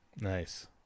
Nice